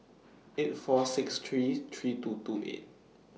eight four six three three two two eight